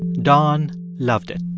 don loved it